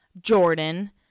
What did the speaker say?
Jordan